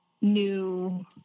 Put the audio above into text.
new